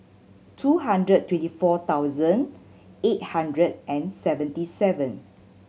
two hundred twenty four thousand eight hundred and seventy seven